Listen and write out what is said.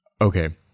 Okay